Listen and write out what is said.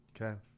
Okay